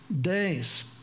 days